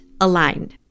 aligned